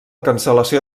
cancel·lació